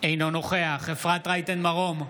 אינו נוכח אפרת רייטן מרום,